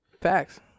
facts